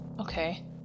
Okay